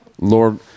Lord